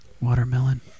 Watermelon